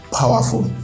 powerful